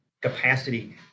capacity